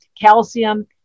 calcium